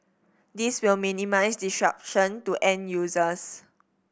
this will minimise disruption to end users